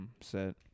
set